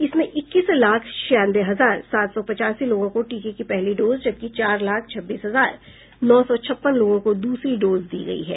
इसमें इक्कीस लाख छियानवे हजार सात सौ पचासी लोगों को टीके की पहली डोज जबकि चार लाख छब्बीस हजार नौ सौ छप्पन लोगों को दूसरी डोज दी गयी है